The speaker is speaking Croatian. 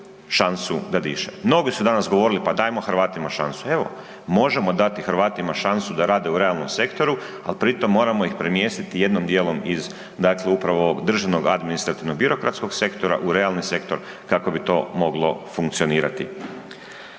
šansu da diše. Mnogi su danas govorili pa dajmo Hrvatima šansu, evo možemo dati Hrvatima šansu da rade u realnom sektoru, al pritom moramo ih premjestiti jednom djelom iz dakle upravo ovog državnog, administrativnog, birokratskog sektora u realni sektor kako bi to moglo funkcionirati.